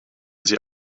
sie